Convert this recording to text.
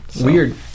weird